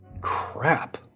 crap